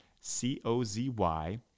C-O-Z-Y